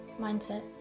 mindset